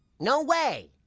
no way!